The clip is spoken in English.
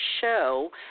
show